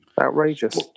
Outrageous